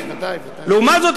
לעומת זאת,